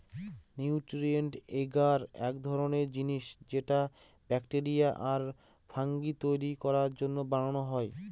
nutrient agar এক ধরনের জিনিস যেটা ব্যাকটেরিয়া আর ফাঙ্গি তৈরী করার জন্য বানানো হয়